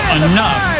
enough